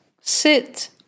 Sit